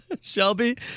Shelby